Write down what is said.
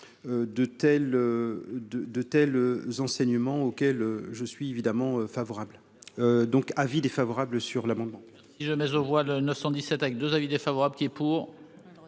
de tels enseignement auquel je suis évidemment favorable donc avis défavorable sur l'amendement.